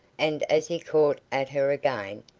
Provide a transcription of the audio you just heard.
and as he caught at her again,